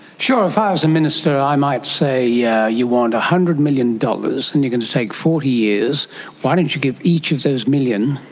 sure, if i was a minister i might say yeah you want one hundred million dollars and you're going to take forty years, why don't you give each of those million,